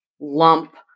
lump